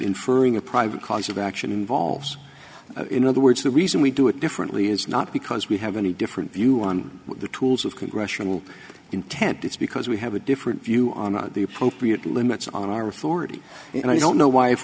inferring a private cause of action involves in other words the reason we do it differently is not because we have any different view on the tools of congressional intent it's because we have a different view on the appropriate limits on our authority and i don't know why if